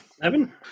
Eleven